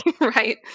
right